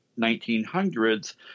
1900s